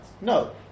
No